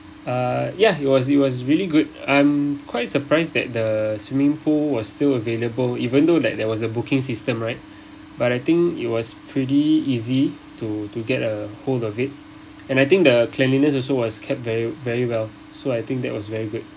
uh ya it was it was really good I'm quite surprised that the swimming pool was still available even though like there was a booking system right but I think it was pretty easy to to get a hold of it and I think the cleanliness also was kept very very well so I think that was very good